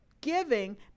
giving